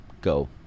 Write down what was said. Go